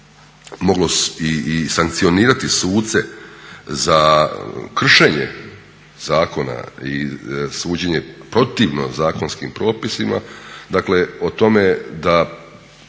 moglo i sankcionirati suce za kršenje zakona i suđenje protivno zakonskim propisima, dakle o tome da